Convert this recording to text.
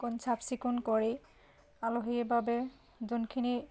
কণ চাফচিকুণ কৰি আলহীৰ বাবে যোনখিনি